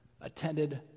attended